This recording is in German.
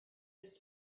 ist